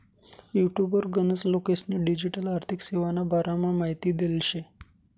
युटुबवर गनच लोकेस्नी डिजीटल आर्थिक सेवाना बारामा माहिती देल शे